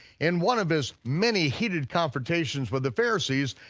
in one of his many heated confrontations with the pharisees,